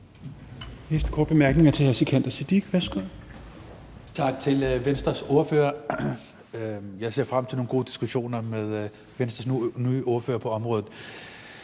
Siddique. Værsgo. Kl. 10:46 Sikandar Siddique (FG): Tak til Venstres ordfører. Jeg ser frem til nogle gode diskussioner med Venstres nye ordfører på området.